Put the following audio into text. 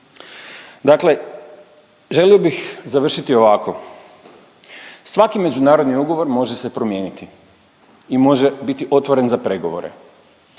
Dakle, želio bih završiti ovako. Svaki međunarodni ugovor može se promijeniti i može biti otvoren za pregovore